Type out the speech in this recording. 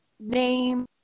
name